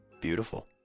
Beautiful